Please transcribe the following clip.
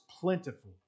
plentiful